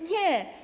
Nie.